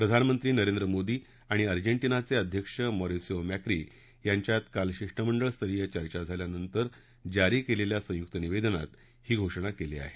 प्रधानमंत्री नरेंद्र मोदी आणि अर्जेतिताचे अध्यक्ष मॉरिसिओ मक्ती यांच्यात काल शिष्टमंडळ स्तरीय चर्चा झाल्यानंतर जारी केलेल्या संयुक निवेदनात ही घोषणा केली आहे